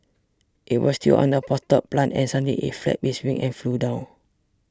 it was still on a potted plant and suddenly it flapped its wings and flew down